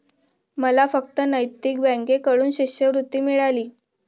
मला फक्त नैतिक बँकेकडून शिष्यवृत्ती मिळाली